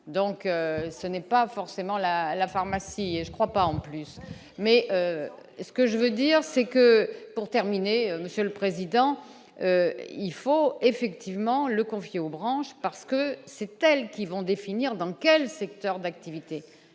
donc ce n'est pas forcément la la pharmacie je crois pas en plus mais est-ce que je veux dire c'est que, pour terminer, monsieur le président, il faut effectivement le confier aux branches parce que c'est elle qui vont définir dans quel secteur d'activité,